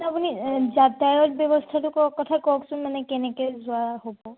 আপুনি যাতায়ত ব্যৱস্থাটো কথা কওকচোন মানে কেনেকৈ যোৱা হ'ব